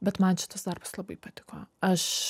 bet man šitas darbas labai patiko aš